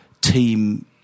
team